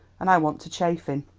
and i want to chaff him.